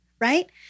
right